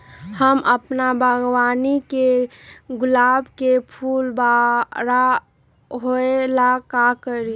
हम अपना बागवानी के गुलाब के फूल बारा होय ला का करी?